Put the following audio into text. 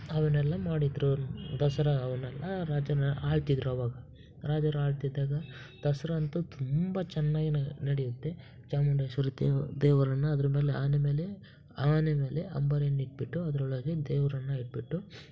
ಅವನ್ನೆಲ್ಲ ಮಾಡಿದ್ದರು ದಸರಾ ಅವನ್ನೆಲ್ಲ ರಾಜರು ಆಳ್ತಿದ್ದರು ಆವಾಗ ರಾಜರು ಆಳ್ತಿದ್ದಾಗ ದಸರಾ ಅಂತೂ ತುಂಬ ಚೆನ್ನಾಗಿ ನ ನಡೆಯುತ್ತೆ ಚಾಮುಂಡೇಶ್ವರಿ ದೇವಿ ದೇವರನ್ನು ಅದ್ರ ಮೇಲೆ ಆನೆ ಮೇಲೆ ಆನೆ ಮೇಲೆ ಅಂಬಾರಿಯನ್ನು ಇಟ್ಬಿಟ್ಟು ಅದರೊಳಗೆ ದೇವ್ರನ್ನ ಇಟ್ಬಿಟ್ಟು